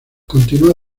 continúa